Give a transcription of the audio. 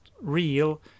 real